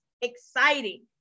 exciting